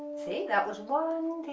see that was one